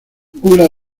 bula